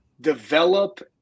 develop